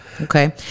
Okay